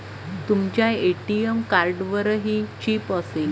तुमच्या ए.टी.एम कार्डवरही चिप असेल